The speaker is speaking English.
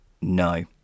No